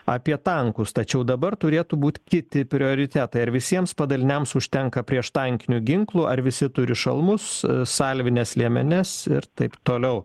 apie tankus tačiau dabar turėtų būt kiti prioritetai ar visiems padaliniams užtenka prieštankinių ginklų ar visi turi šalmus salvines liemenes ir taip toliau